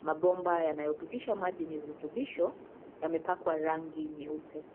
Mabomba yanayopitisha maji yenye virutubisho yamepakwa rangi nyeupe.